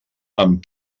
amb